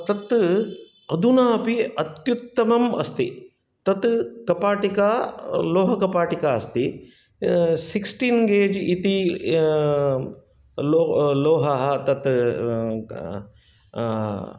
तत् अधुनापि अत्युत्तमम् अस्ति तत् कपाटिका लोहकपाटिका अस्ति सिक्स्टीन् गेज् इति लो लोहः तत्